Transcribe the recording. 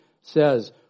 says